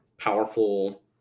powerful